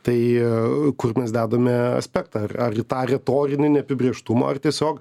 tai kur mes dedame aspektą ar ar į tą retorinį neapibrėžtumą ar tiesiog